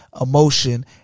emotion